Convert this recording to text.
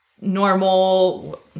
normal